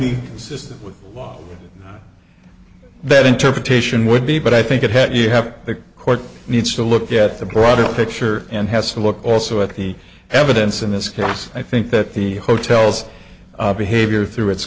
be consistent with that interpretation would be but i think it had you have the court needs to look at the broader picture and has to look also at the evidence in this case i think that the hotels behavior through it